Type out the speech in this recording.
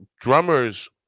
drummers